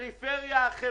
בפריפריה החברתית,